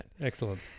Excellent